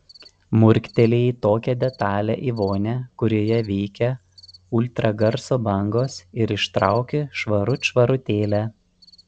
murktelėjai tokią detalią į vonią kurioje veikia ultragarso bangos ir ištrauki švarut švarutėlę